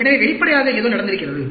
எனவே வெளிப்படையாக ஏதோ நடந்திருக்கிறது